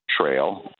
trail